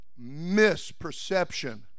misperception